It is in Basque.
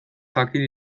jakin